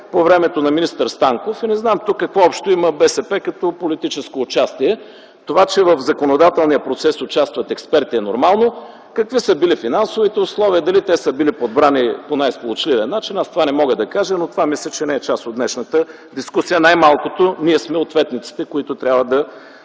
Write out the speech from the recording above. по времето на министър Станков – не знам тук какво общо има БСП като политическо участие. Това, че в законодателния процес участват експерти е нормално. Какви са били финансовите условия, дали те са били подбрани по най-сполучливия начин, аз това не мога да кажа, но мисля, че това не е част от днешната дискусия. Най-малкото ние сме ответниците, които трябва да